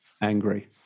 angry